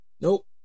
Nope